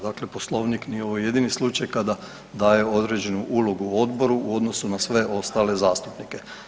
Dakle, Poslovnik nije ovo jedini slučaj kada daje određenu ulogu odboru u odnosu na sve ostale zastupnike.